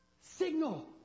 Signal